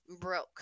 broke